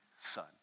son